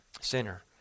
Sinner